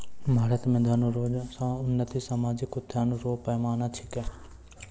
भारत मे धन रो उन्नति सामाजिक उत्थान रो पैमाना छिकै